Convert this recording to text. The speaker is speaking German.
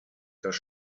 das